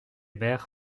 mer